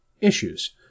issues